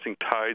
tides